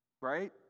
Right